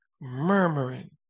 murmuring